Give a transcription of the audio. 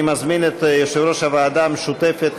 אני מזמין את יושב-ראש הוועדה המשותפת,